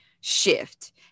shift